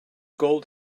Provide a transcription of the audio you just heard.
gold